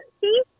See